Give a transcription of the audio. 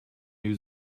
new